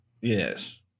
Yes